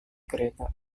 kereta